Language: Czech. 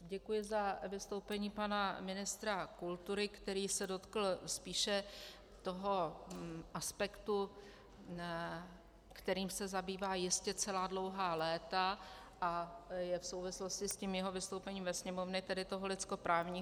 Děkuji za vystoupení pana ministra kultury, který se dotkl spíše toho aspektu, kterým se zabývá jistě celá dlouhá léta, a je v souvislosti s jeho vystoupením ve sněmovně, tedy toho lidskoprávního.